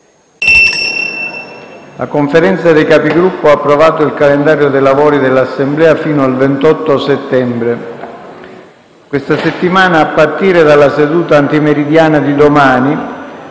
la Conferenza dei Capigruppo ha approvato il calendario dei lavori dell'Assemblea fino al 28 settembre. Questa settimana, a partire dalla seduta antimeridiana di domani,